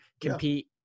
compete